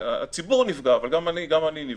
הציבור נפגע אבל גם אני נפגע.